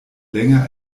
länger